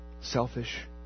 Selfish